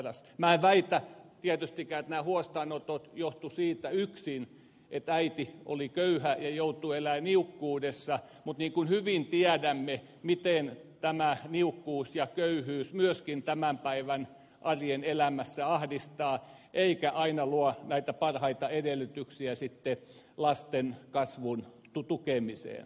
minä en väitä tietystikään että nämä huostaanotot johtuisivat siitä yksin että äiti oli köyhä ja joutui elämään niukkuudessa mutta niin kuin hyvin tiedämme tämä niukkuus ja köyhyys myöskin tämän päivän arjen elämässä ahdistaa eikä aina luo näitä parhaita edellytyksiä sitten lasten kasvun tukemiseen